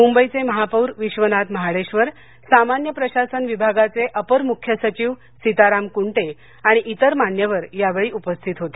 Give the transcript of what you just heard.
मुंबईचे महापौर विश्वनाथ महाडेश्वर सामान्य प्रशासन विभागाचे अपर मुख्य सचिव सीताराम कुंटे आणि इतर मान्यवर यावेळी उपस्थित होते